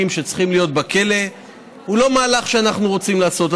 שצריכים להיות בכלא הוא לא מהלך שאנחנו רוצים לעשות,